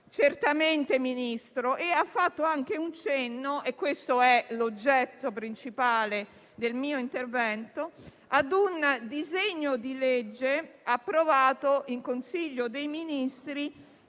giudiziaria. Ministro, lei ha fatto anche un cenno - e questo è l'oggetto principale del mio intervento - a un disegno di legge approvato in Consiglio dei ministri